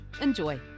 Enjoy